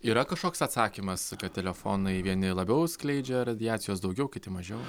yra kažkoks atsakymas kad telefonai vieni labiau skleidžia radiacijos daugiau kiti mažiau